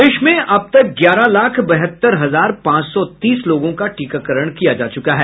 प्रदेश में अब तक ग्यारह लाख बहत्तर हजार पांच सौ तीस लोगों का टीकाकरण किया जा चुका है